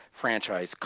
franchise